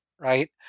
right